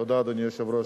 תודה, אדוני היושב-ראש.